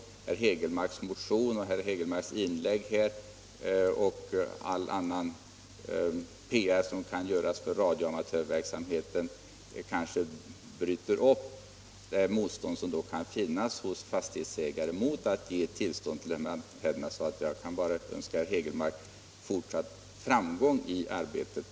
Herr Hägelmarks motion och inlägg här och all annan PR som kan göras för radioamatörverksamheten kanske bryter det motstånd som kan finnas hos fastighetsägare mot att ge tillstånd till en antenn. Jag kan bara önska herr Hägelmark fortsatt framgång i arbetet.